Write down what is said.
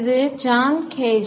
இது John gauge